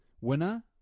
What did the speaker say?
Winner